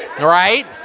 right